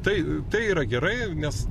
tai tai yra gerai nes